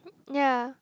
ya